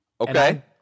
Okay